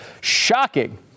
Shocking